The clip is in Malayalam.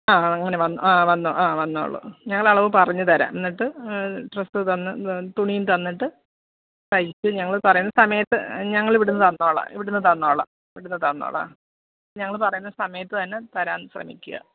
ആ അങ്ങനെ വന്നു ആ വന്നു ആ വന്നോളു ഞങ്ങൾ അളവ് പറഞ്ഞു തരാം എന്നിട്ട് ഡ്രെസ്സ് തന്നു തുണിയും തന്നിട്ട് പൈസയും ഞങ്ങൾ പറയുന്ന സമയത്ത് ഞങ്ങൾ ഇവിടെ നിന്ന് തന്നോളാം ഇവിടെ നിന്ന് തന്നോളാം ഇവിടെ നിന്ന് തന്നോളാം അ ഞങ്ങൾ പറയുന്ന സമയത്ത് തന്നെ തരാൻ ശ്രമിക്കുക